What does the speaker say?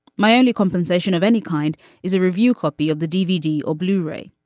my only compensation of any kind is a review copy of the dvd or blu ray.